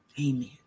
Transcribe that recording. Amen